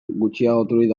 gutxiagoturik